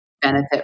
benefit